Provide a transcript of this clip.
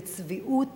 וצביעות